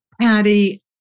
Patty